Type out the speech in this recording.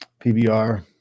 PBR